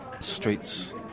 streets